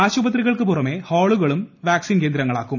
ആശുപത്രികൾക്ക് പുറമേ ഹാളുകളും വാക്സിൻ കേന്ദ്രങ്ങളാക്കും